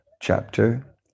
Chapter